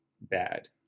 bad